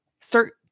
start